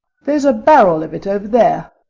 there's a barrel of it over there,